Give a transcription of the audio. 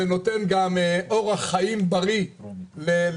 זה נותן גם אורח חיים בריא לסוחרים,